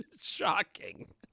Shocking